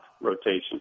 rotation